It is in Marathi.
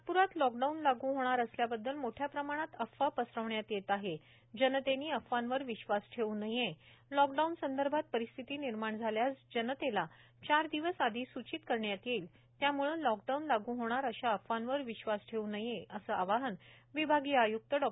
नागप्रात लॉक डाऊन लाग् होणार असल्याबद्दल मोठ्या प्रमाणात अफवा पसरविण्यात येत आहेत जनतेनी अफवार विश्वास ठेऊ नये लॉक डाऊनसंदर्भात परिस्थती निर्माण झाल्यास जनेला चार दिवस आधी सूचित करण्यात येईल त्यामुळे लॉकडाऊन लागू होणार अशा अफवांवर विश्वास ठेऊ नये असे आवाहन विभागीय आयुक्त डॉ